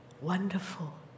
wonderful